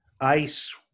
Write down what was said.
ice